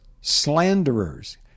slanderers